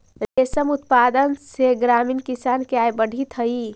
रेशम उत्पादन से ग्रामीण किसान के आय बढ़ित हइ